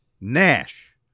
Nash